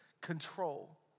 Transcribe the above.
control